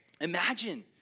Imagine